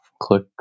click